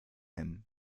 him